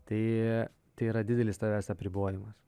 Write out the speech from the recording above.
tai tai yra didelis savęs apribojimas